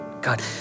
God